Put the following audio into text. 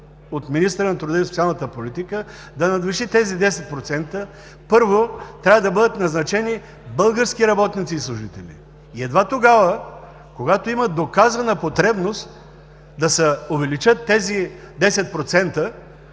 от министъра на труда и социалната политика да надвиши тези 10%, първо, трябва да бъдат назначени български работници и служители, и едва тогава, когато има доказана потребност, да се увеличат тези 10%,